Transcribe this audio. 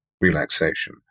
relaxation